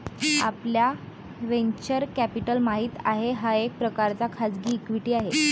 आपल्याला venture capital माहित आहे, हा एक प्रकारचा खाजगी इक्विटी आहे